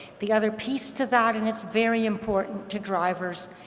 the other piece to that and it's very important to drivers,